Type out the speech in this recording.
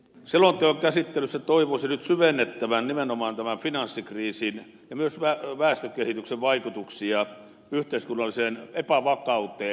selonteon käsittelyssä toivoisi nyt syvennettävän nimenomaan tämän finanssikriisin ja myös väestökehityksen vaikutuksia yhteiskunnalliseen epävakauteen